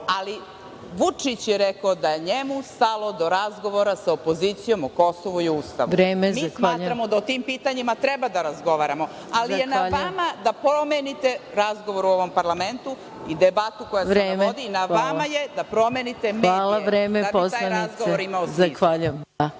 je rekao da je njemu stalo do razgovora sa opozicijom o Kosovu i Ustavu. Mi smatramo da o tim pitanjima treba da razgovaramo, ali je na vama da promenite razgovor u ovom parlamentu i debatu koja je na slobodi, vreme je da promenite medije, da bi taj razgovor imao smisla.